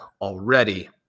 already